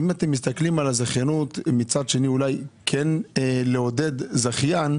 האם אתם מסתכלים על האפשרות כן לעודד זכיין?